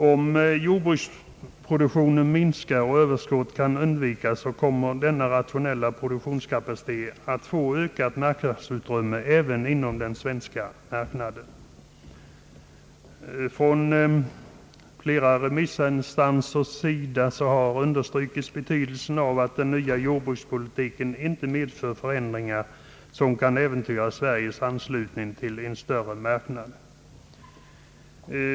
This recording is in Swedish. Om jordbruksproduktionen minskar och överskott kan undvikas, kommer denna rationella produktionskapacitet att få ökat marknadsutrymme även inom den svenska marknaden. Från flera remissinstansers sida har understrukits betydelsen av att den nya jordbrukspolitiken inte medför förändringar som kan äventyra Sveriges anslutning till en större marknad.